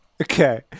Okay